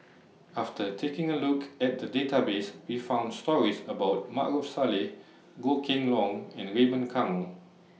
after taking A Look At The Database We found stories about Maarof Salleh Goh Kheng Long and Raymond Kang